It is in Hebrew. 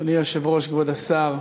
אדוני היושב-ראש, כבוד השר,